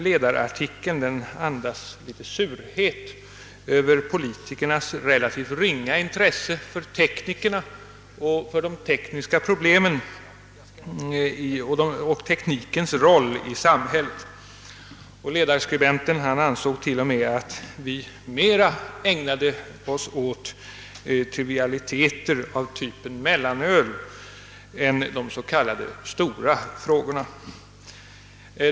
Ledarartikeln andas litet surhet över politikernas relativt ringa intresse för teknikerna, för de tekniska problemen och för teknikens roll i samhället. Ledarskribenten ansåg t.o.m. att vi ägnade oss mer åt trivialiteter av typen mellanöl än åt de s.k. stora frågorna.